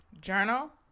journal